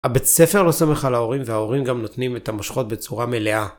הבית ספר לא סומך על ההורים וההורים גם נותנים את המשכות בצורה מלאה.